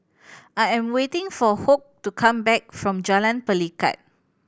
I am waiting for Hoke to come back from Jalan Pelikat